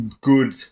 good